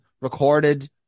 recorded